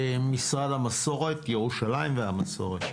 משרד ירושלים והמסורת.